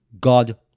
God